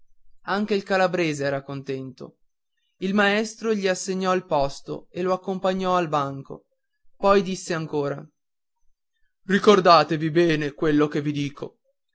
anche il calabrese era contento il maestro gli assegnò il posto e lo accompagnò al banco poi disse ancora ricordatevi bene di quello che vi dico